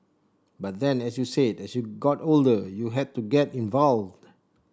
but then as you said as you got older you had to get involved